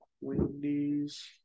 Wendy's